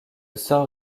sort